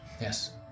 Yes